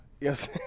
Yes